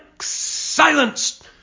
silence